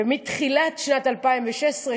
ומתחילת שנת 2016,